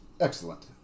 Excellent